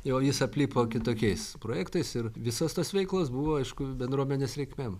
jau jis aplipo kitokiais projektais ir visos tos veikos buvo aišku bendruomenės reikmėm